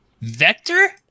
Vector